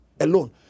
alone